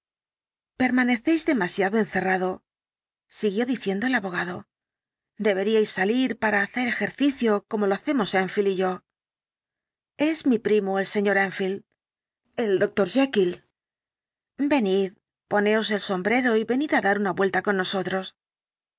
permanecéis demasiado encerrado siguió diciendo el abogado deberíais salir para hacer ejercicio como lo hacemos enfield y yo es mi primo el sr enfield el doctor jekyll venid poneos el sombrero y venid á dar una vuelta con nosotros